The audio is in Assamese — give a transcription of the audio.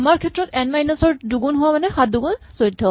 আমাৰ ক্ষেত্ৰত এন মাইনচ ৱান ৰ দুগুণ মানে সাত দুগুণ ১৪